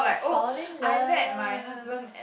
and like fall in love